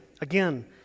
again